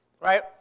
right